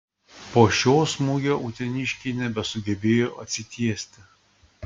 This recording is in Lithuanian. po šio smūgio uteniškiai nebesugebėjo atsitiesti